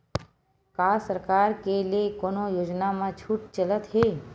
का सरकार के ले कोनो योजना म छुट चलत हे?